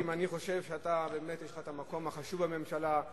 אני חושב שבאמת יש לך המקום החשוב בממשלה,